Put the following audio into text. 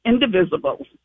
indivisible